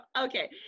Okay